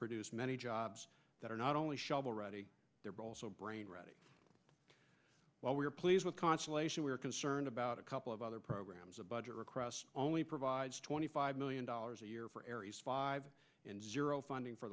produced many jobs that are not only shovel ready they're also brain ready while we're pleased with consolation we're concerned about a couple of other programs a budget request only provides twenty five million dollars a year for aries five zero funding for